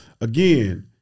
again